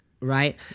right